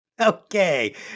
Okay